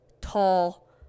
tall